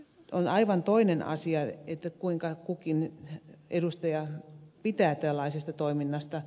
on aivan toinen asia kuinka kukin edustaja pitää tällaisesta toiminnasta